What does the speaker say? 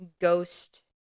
ghost